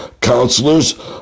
counselors